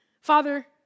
Father